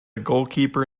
goalkeeper